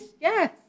yes